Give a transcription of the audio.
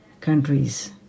countries